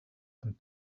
and